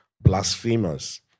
blasphemers